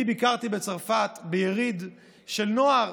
אני ביקרתי בצרפת ביריד של נוער